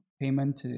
payment